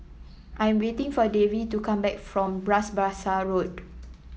I'm waiting for Davie to come back from Bras Basah Road